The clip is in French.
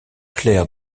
claire